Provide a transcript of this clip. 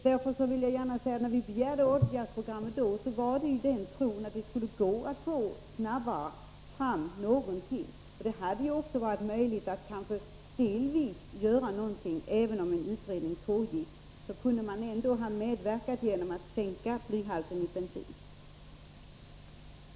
Därför vill jag gärna säga att när vi då begärde åtgärdsprogrammet var det i den tron att det skulle gå snabbare att få fram någonting. Det hade kanske också varit möjligt att förverkliga någon del. Även om en utredning pågick kunde man ha medverkat till att sänka blyhalten i bensin.